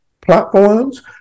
platforms